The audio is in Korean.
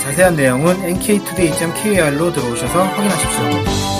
자세한 내용은 NKtoday.kr로 들어오셔서 확인하십시오.